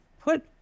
put